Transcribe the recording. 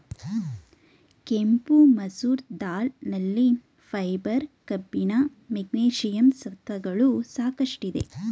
ಕೆಂಪು ಮಸೂರ್ ದಾಲ್ ನಲ್ಲಿ ಫೈಬರ್, ಕಬ್ಬಿಣ, ಮೆಗ್ನೀಷಿಯಂ ಸತ್ವಗಳು ಸಾಕಷ್ಟಿದೆ